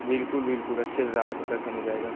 बिल्कुल बिल्कुल अच्छे से दर्शन हो जाएगा